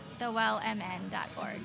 thewellmn.org